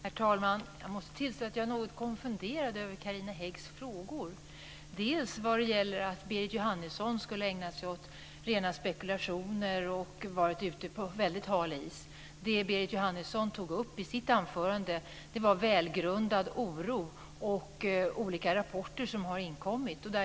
Herr talman! Jag måste tillstå att jag är något konfunderad över Carina Häggs frågor. Hon sade att Berit Jóhannesson skulle ägna sig åt rena spekulationer och vara ute på hal is. Det som Berit Jóhannesson tog upp i sitt anförande var välgrundad oro och olika rapporter som har inkommit.